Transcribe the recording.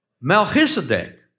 Melchizedek